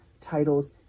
titles